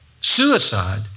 suicide